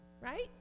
Right